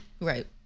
Right